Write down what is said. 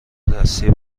دستی